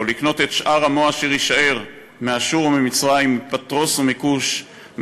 לקנות את שאר עמו אשר ישאר מאשור וממצרים ומפתרוס ומכוש,